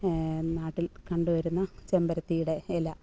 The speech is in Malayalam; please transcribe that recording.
നാട്ടിൽ കണ്ടുവരുന്ന ചെമ്പരത്തിയുടെ ഇല